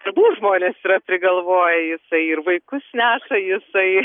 tabu žmonės yra prigalvoję jisai ir vaikus neša jisai